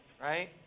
right